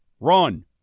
Run